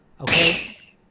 Okay